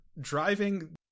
driving